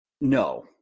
no